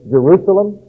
Jerusalem